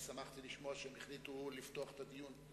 ושמחתי לשמוע שהם החליטו לפתוח את הדיון,